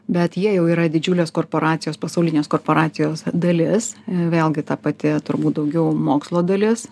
bet jie jau yra didžiulės korporacijos pasaulinės korporacijos dalis vėlgi ta pati turbūt daugiau mokslo dalis